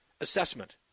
assessment